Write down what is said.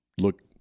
look